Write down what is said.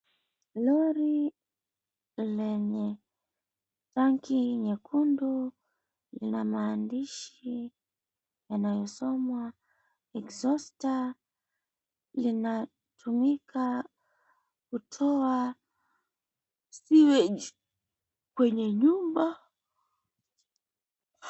Lori lenye rangi nyekundu lina maandishi yanayosomwa Exhauster. Linatumika kutoa sewage kwenye nyumba.